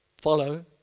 follow